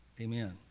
amen